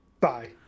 Bye